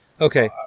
Okay